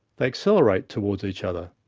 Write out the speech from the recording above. they accelerate towards each other.